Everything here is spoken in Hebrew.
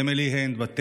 אמילי הנד, בת תשע,